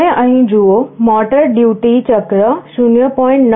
તમે અહીં જુઓ મોટર ડ્યુટી ચક્ર 0